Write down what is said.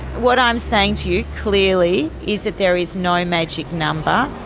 what i'm saying to you clearly is that there is no magic number.